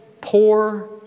poor